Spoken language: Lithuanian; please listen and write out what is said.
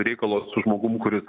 reikalą su žmogum kuris